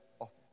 office